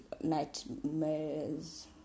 nightmares